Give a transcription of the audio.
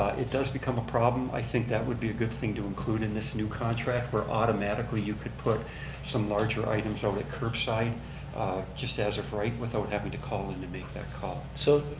it does become a problem, i think that would be a good thing to include in this new contract, where automatically, you could put some larger items out at curbside just as of right without having to call in and make that call. so,